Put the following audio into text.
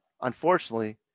unfortunately